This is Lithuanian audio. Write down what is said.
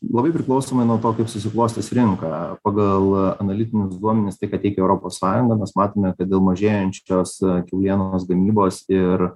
labai priklausomai nuo to kaip susiklostys rinka pagal analitinius duomenis tai ką teikia europos sąjunga mes matome kad dėl mažėjančios kiaulienos gamybos ir